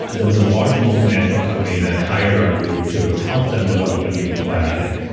and there was a large multinational company that hired our group to help them develop a new probiotic.